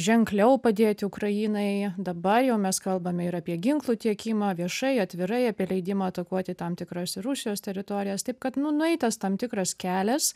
ženkliau padėti ukrainai dabar jau mes kalbame ir apie ginklų tiekimą viešai atvirai apie leidimą atakuoti tam tikras ir rusijos teritorijas taip kad nu nueitas tam tikras kelias